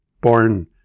born